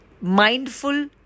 mindful